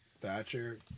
thatcher